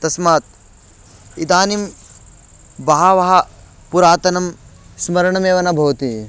तस्मात् इदानीं बहवः पुरातनं स्मरणमेव न भवति